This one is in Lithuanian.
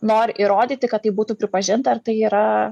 nori įrodyti kad tai būtų pripažinta ar tai yra